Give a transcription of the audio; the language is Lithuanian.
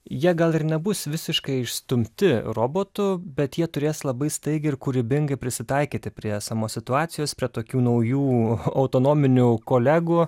jie gal ir nebus visiškai išstumti robotų bet jie turės labai staigiai ir kūrybingai prisitaikyti prie esamos situacijos prie tokių naujų autonominių kolegų